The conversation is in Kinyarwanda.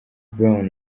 brown